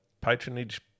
patronage